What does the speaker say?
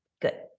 good